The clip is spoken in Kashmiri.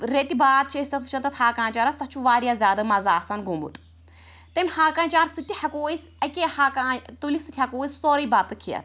ریٚتہِ بعد چھِ أسۍ تتھ وُچھان تتھ ہاکہٕ آنٛچارَس تتھ چھُ واریاہ زیادٕ مَزٕ آسان گوٚمُت تَمہِ ہاکہٕ آنٛچار سۭتۍ تہِ ہیٚکو أسۍ اکیٚے آن تُلہٕ سۭتۍ ہیٚکو أسۍ سورُے بَتہٕ کھیٚتھ